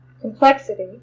complexity